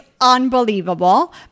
unbelievable